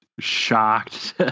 shocked